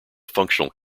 functional